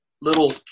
little